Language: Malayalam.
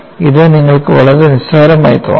ഇത് നിങ്ങൾക്ക് വളരെ നിസ്സാരമായി തോന്നാം